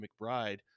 mcbride